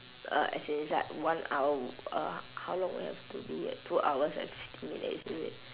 uh as in it's like [one] w~ uh how long have to be here two hours and fifteen minutes is it